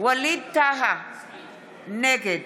ווליד טאהא, נגד